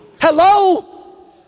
Hello